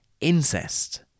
incest